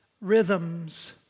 rhythms